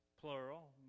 plural